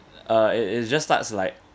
uh it is just starts like